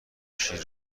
شیر